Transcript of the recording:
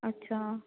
अच्छा